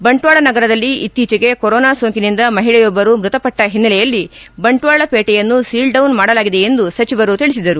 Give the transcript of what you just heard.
ಬಂಟ್ವಾಳ ನಗರದಲ್ಲಿ ಇತ್ತೀಚೆಗೆ ಕೊರೊನಾ ಸೋಂಕಿನಿಂದ ಮಹಿಳೆಯೊಬ್ಬರು ಮೃತಪಟ್ಟ ಹಿನ್ನೆಲೆಯಲ್ಲಿ ಬಂಟ್ವಾಳ ಪೇಟೆಯನ್ನು ಸೀಲ್ಡ್ಡೌನ್ ಮಾಡಲಾಗಿದೆ ಎಂದು ಸಚವರು ತಿಳಿಸಿದರು